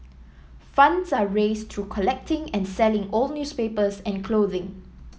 funds are raised through collecting and selling old newspapers and clothing